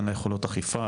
אין לה יכולות אכיפה,